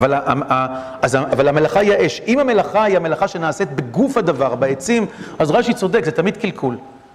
אבל המלאכה היא האש. אם המלאכה היא המלאכה שנעשית בגוף הדבר, בעצים, אז רש"י צודק, זה תמיד קלקול.